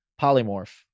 polymorph